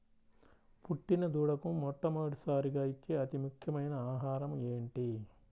పుట్టిన దూడకు మొట్టమొదటిసారిగా ఇచ్చే అతి ముఖ్యమైన ఆహారము ఏంటి?